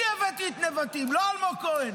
אני הבאתי את נבטים, לא אלמוג כהן,